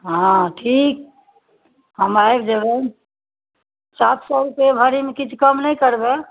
हँ ठीक हम आबि जेबै सात सए रुपैए भरीमे किछु कम नहि करबै